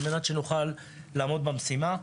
על מנת שנוכל לעמוד במשימה.